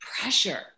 pressure